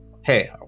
Hey